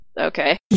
Okay